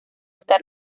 está